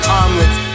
omelets